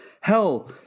Hell